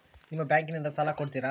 ನಿಮ್ಮ ಬ್ಯಾಂಕಿನಿಂದ ಸಾಲ ಕೊಡ್ತೇರಾ?